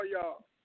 y'all